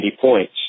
points